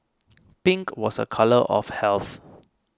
pink was a colour of health